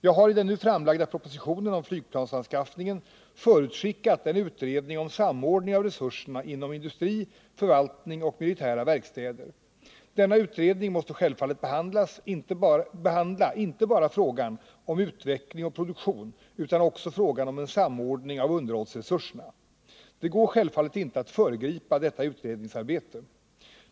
Jag har i den nu framlagda propositionen om flygplansanskaffningen förutskickat en utredning om samordning av resurserna inom industrin, förvaltningen och de militära verkstäderna. Denna utredning måste självfallet behandla inte bara frågan om utveckling och produktion utan också frågan om en samordning av underhållsresurserna. Det går självfallet inte att föregripa detta utredningsarbete.